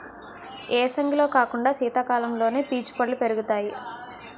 ఏసంగిలో కాకుండా సీతకాలంలోనే పీచు పల్లు పెరుగుతాయి